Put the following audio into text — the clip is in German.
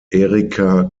erika